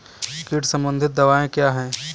कीट संबंधित दवाएँ क्या हैं?